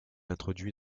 introduit